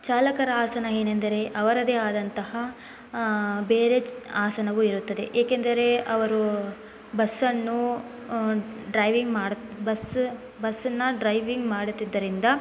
ಚಾಲಕರ ಆಸನ ಏನೆಂದರೆ ಅವರದೆ ಆದಂತಹ ಬೇರೆ ಆಸನವು ಇರುತ್ತದೆ ಏಕೆಂದರೆ ಅವರು ಬಸ್ಸನ್ನು ಡ್ರೈವಿಂಗ್ ಮಾಡುತ್ತ ಬಸ್ಸ ಬಸ್ಸನ್ನು ಡ್ರೈವಿಂಗ್ ಮಾಡುತ್ತಿದ್ದರಿಂದ